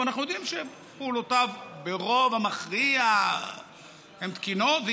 ואנחנו יודעים שפעולותיו ברוב המכריע הן תקינות,